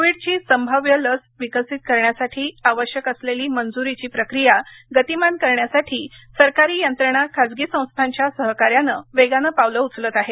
कोविडची संभाव्य लस विकसित करण्यासाठी आवश्यक असलेली मंजुरीची प्रक्रिया गतिमान करण्यासाठी सरकारी यंत्रणा खासगी संस्थाच्या सहकार्यानं वेगानं पावलं उचलत आहेत